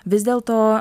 vis dėlto